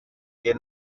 que